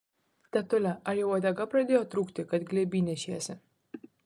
tetule ar jau uodega pradėjo trūkti kad glėby nešiesi